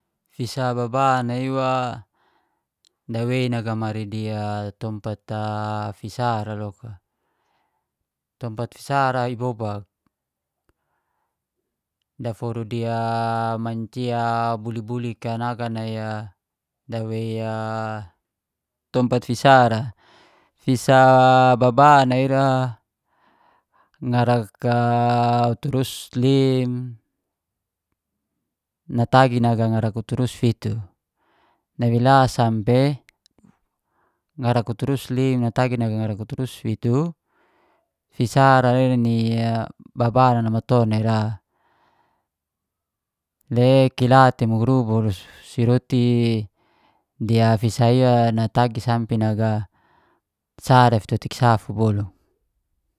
Fisa baban a iwa, dawei nagamari di tompat a fisa ra loka. Tompat fisa ra i bobak, daforu mancia bulik-bulik a naga nai dawei tompat fisa ra. Fisa baban a ira, ngarak uturu si lim natagi ngarak uturu si fitu. Nawei la sampe ngarak utur si lim atagi ngarak uturu si fitu? Fisa ra ni baban a maton nai ra, le kila muguru bolu si roti dia fisa iwa natagi sampe naga sa dafitotik sa fua bolu.